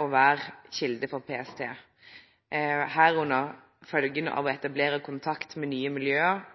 å være kilde for PST, herunder følgene av å etablere kontakt med nye miljøer